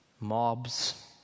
Mobs